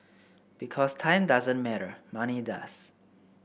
because time doesn't matter money does